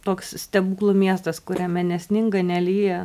toks stebuklų miestas kuriame nesninga nelyja